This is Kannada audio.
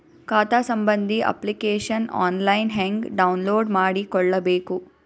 ಖಾತಾ ಸಂಬಂಧಿ ಅಪ್ಲಿಕೇಶನ್ ಆನ್ಲೈನ್ ಹೆಂಗ್ ಡೌನ್ಲೋಡ್ ಮಾಡಿಕೊಳ್ಳಬೇಕು?